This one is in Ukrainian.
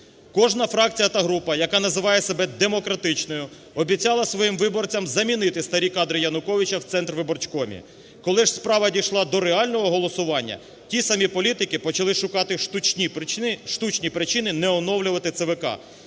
Кожна фракція та група, яка називає себе демократичною, обіцяла своїм виборцям замінити старі кадри Януковича в Центрвиборчкомі. Коли ж справа дійшла до реального голосування, ті самі політики почали шукати штучні причини не оновлювати ЦВК,